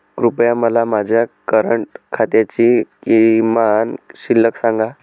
कृपया मला माझ्या करंट खात्याची किमान शिल्लक सांगा